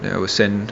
then I will send